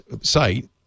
site